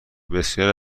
بسیاری